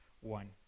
One